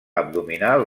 abdominal